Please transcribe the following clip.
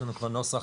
יש לנו כבר נוסח,